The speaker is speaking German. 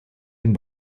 den